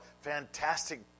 fantastic